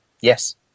yes